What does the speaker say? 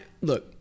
look